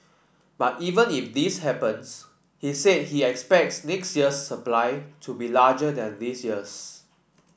but even if this happens he said he expects next year supply to be larger than this year's